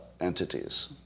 entities